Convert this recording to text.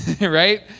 Right